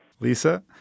Lisa